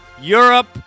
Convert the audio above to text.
Europe